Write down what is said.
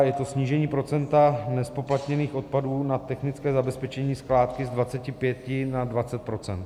Je to snížení procenta nezpoplatněných odpadů na technické zabezpečení skládky z 25 na 20 %.